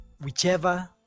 whichever